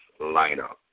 Lineup